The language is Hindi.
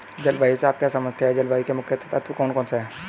जलवायु से आप क्या समझते हैं जलवायु के मुख्य तत्व कौन कौन से हैं?